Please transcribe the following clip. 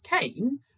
came